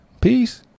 Peace